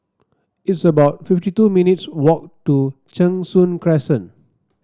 it's about fifty two minutes walk to Cheng Soon Crescent